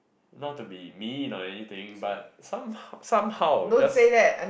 not to be mean or anything but some somehow just